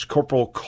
Corporal